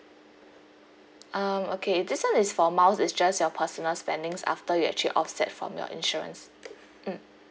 um okay this [one] is for miles it's just your personal spendings after you actually offset from your insurance mm